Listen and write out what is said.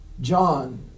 John